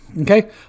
Okay